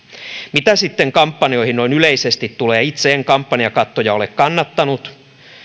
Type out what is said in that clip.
mitä sitten kampanjoihin noin yleisesti tulee itse en kampanjakattoja ole kannattanut